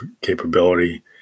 capability